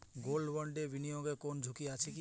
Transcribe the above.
Gold বন্ডে বিনিয়োগে কোন ঝুঁকি আছে কি?